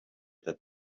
that